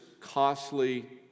costly